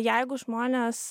jeigu žmonės